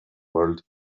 world